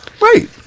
right